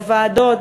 בוועדות,